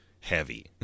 heavy